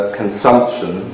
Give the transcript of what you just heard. consumption